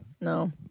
No